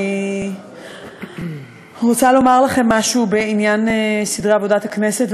אני רוצה לומר לכם משהו בעניין סדרי עבודת הכנסת,